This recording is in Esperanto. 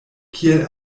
kiel